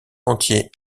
entier